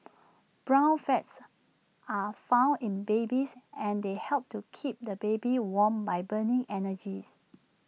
brown fats are found in babies and they help to keep the baby warm by burning energy